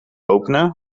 openen